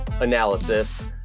analysis